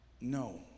no